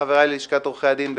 חבריי ללשכת עורכי הדין,